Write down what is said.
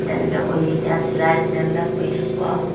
তেনেকে কৰি এতিয়া চিলাই টিলাইবিলাক কৰি থাকোঁ আৰু